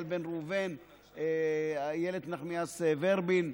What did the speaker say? בן ראובן ואיילת נחמיאס ורבין,